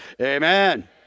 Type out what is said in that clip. Amen